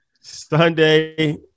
Sunday